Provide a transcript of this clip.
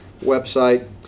website